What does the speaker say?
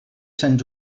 sant